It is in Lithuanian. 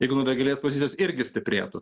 igno vėgėlės pozicijos irgi stiprėtų